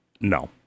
No